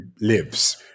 lives